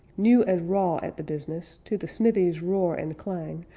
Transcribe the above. new and raw at the business, to the smithy's roar and clang,